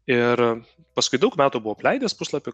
ir paskui daug metų buvau apleidęs puslapį